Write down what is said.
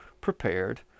prepared